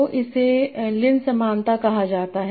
और इसे लिन समानता कहा जाता है